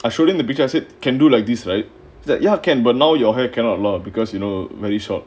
I showed him the picture it can do like this right that you can but now your hair cannot lah because you know many short